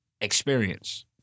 experience